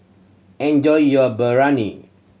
enjoy your Biryani